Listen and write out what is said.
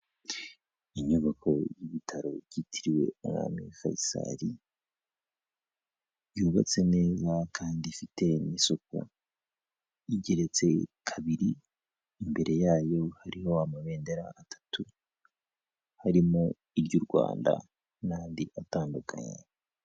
Inyubako y'igitaro yitiriwe umwami Faisal, yubatse neza kandi ifite n'isuku, igeretse kabiri, imbere yayo hariho amabendera atatu harimo iry'u Rwanda n'andi atandukanye.